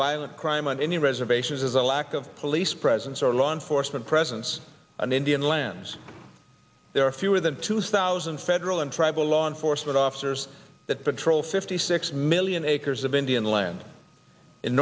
violent crime on indian reservations is a lack of police presence or law enforcement presence on indian lands there are fewer than two thousand federal and tribal law enforcement officers that patrol fifty six million acres of indian land in